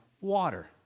water